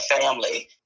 family